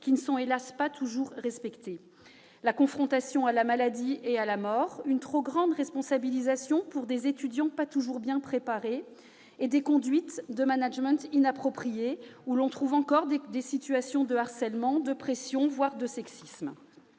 qui n'est, hélas, pas toujours respectée ; la confrontation à la maladie et à la mort ; une trop grande responsabilisation d'étudiants pas toujours bien préparés ; des conduites de management inappropriées, avec encore des situations de harcèlement, de pression, voire de sexisme.